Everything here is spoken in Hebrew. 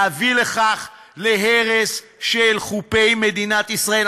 להביא להרס של חופי מדינת ישראל.